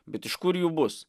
bet iš kur jų bus